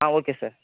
ah okay sir